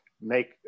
make